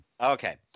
Okay